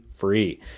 free